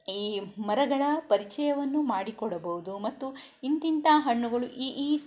ಈ ಮರಗಳ ಪರಿಚಯವನ್ನು ಮಾಡಿ ಕೊಡಬಹುದು ಮತ್ತು ಇಂಥಿಂಥ ಹಣ್ಣುಗಳು ಈ ಈ ಸ್